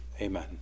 Amen